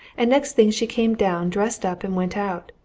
and next thing she came down dressed up and went out.